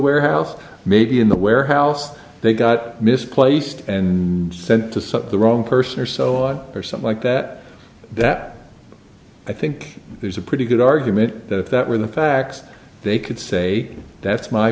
warehouse maybe in the warehouse they got misplaced and sent to the wrong person or so on or something like that that i think there's a pretty good argument that when the facts they could say that's my